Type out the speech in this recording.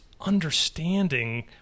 understanding